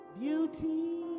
beauty